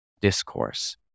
discourse